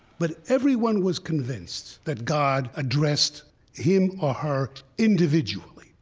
but everyone was convinced that god addressed him or her individually?